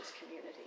community